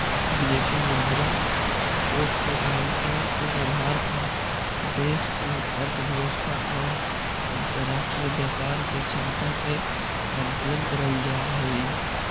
विदेशी मुद्रा कोष के आंकड़ा के आधार पर देश के अर्थव्यवस्था और अंतरराष्ट्रीय व्यापार के क्षमता के आकलन करल जा हई